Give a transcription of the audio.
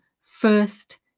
first